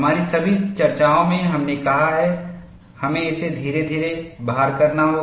हमारी सभी चर्चाओं में हमने कहा है हमें इसे धीरे धीरे भार करना होगा